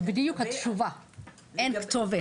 בדיוק כפי שעשיתי בממשלה שאני הייתי בה.